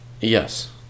Yes